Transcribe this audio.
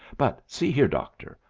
but, see here, doctor,